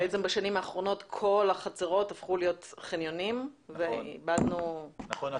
בעצם בשנים האחרונות כל החצרות הפכו להיות חניונים ואיבדנו --- נכון.